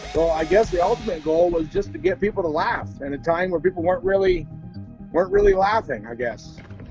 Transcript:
so i guess the ultimate goal was just to get people to laugh in a time where people weren't really weren't really laughing i guess.